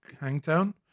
Hangtown